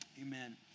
Amen